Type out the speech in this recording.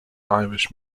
irish